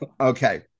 Okay